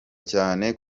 cyane